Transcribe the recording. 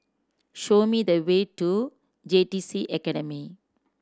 show me the way to J T C Academy